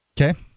Okay